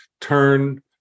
turn